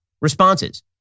responses